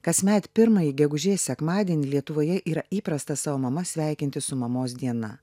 kasmet pirmąjį gegužės sekmadienį lietuvoje yra įprasta savo mamas sveikinti su mamos diena